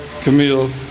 Camille